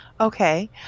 okay